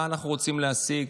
מה אנחנו רוצים להשיג?